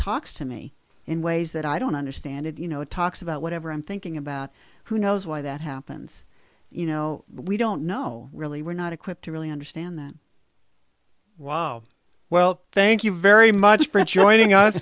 talks to me in ways that i don't understand it you know it talks about whatever i'm thinking about who knows why that happens you know we don't know really we're not equipped to really understand that well thank you very much for joining us